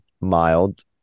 mild